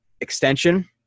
extension